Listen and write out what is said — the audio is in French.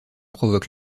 provoque